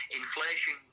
inflation